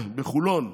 בחולון.